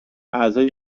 اعضای